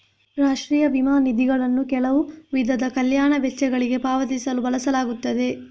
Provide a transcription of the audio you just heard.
ರಾಷ್ಟ್ರೀಯ ವಿಮಾ ನಿಧಿಗಳನ್ನು ಕೆಲವು ವಿಧದ ಕಲ್ಯಾಣ ವೆಚ್ಚಗಳಿಗೆ ಪಾವತಿಸಲು ಬಳಸಲಾಗುತ್ತದೆ